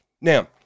Now